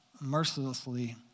mercilessly